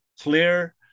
clear